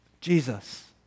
Jesus